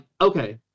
okay